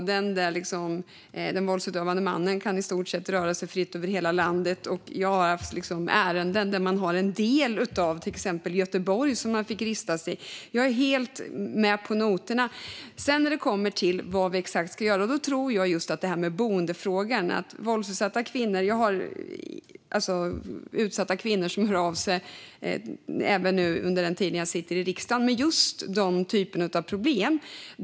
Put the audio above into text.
Den våldsutövande mannen kan i stort sett röra sig fritt över hela landet. Jag har haft ärenden där man har kunnat vistas i en del av Göteborg. Jag är helt med på noterna. Sedan är frågan vad som exakt ska göras och hur boende ska ordnas. Utsatta kvinnor hör av sig till mig även nu när jag sitter i riksdagen. De har just denna typ av problem.